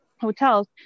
hotels